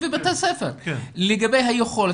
לגבי בניית גנים ובתי ספר, לגבי היכולת.